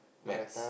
maths